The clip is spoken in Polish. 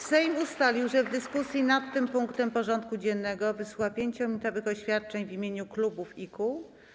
Sejm ustalił, że w dyskusji nad tym punktem porządku dziennego wysłucha 5-minutowych oświadczeń w imieniu klubów i kół.